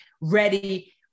ready